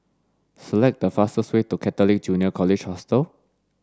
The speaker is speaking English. select the fastest way to Catholic Junior College Hostel